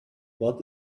what